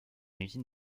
usine